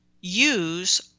use